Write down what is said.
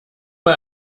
bei